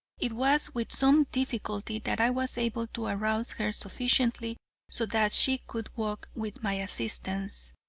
it was with some difficulty that i was able to arouse her sufficiently so that she could walk with my assistance.